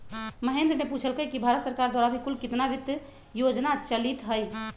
महेंद्र ने पूछल कई कि भारत सरकार द्वारा अभी कुल कितना वित्त योजना चलीत हई?